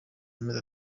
amezi